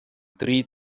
dri